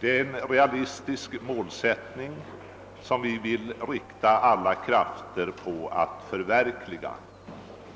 Det är en realistisk målsättning som vi vill inrikta alla krafter på att förverkliga.